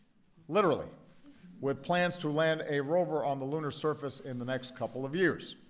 literally with plans to land a rover on the lunar surface in the next couple of years,